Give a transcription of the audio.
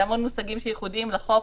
זה המון מושגים שייחודיים לחוק.